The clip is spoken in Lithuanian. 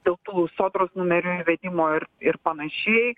dėl tų sodros numerių įvedimo ir ir panašiai